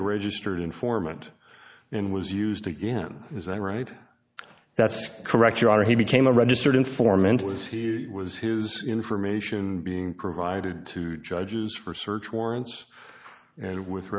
a registered informant and was used to him is that right that's correct your honor he became a registered informant was he was his information being provided to judges for search warrants and with